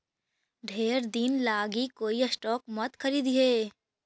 ढेर दिन लागी कोई स्टॉक मत खारीदिहें